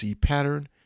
pattern